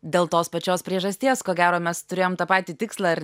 dėl tos pačios priežasties ko gero mes turėjom tą patį tikslą ir